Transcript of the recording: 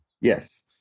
Yes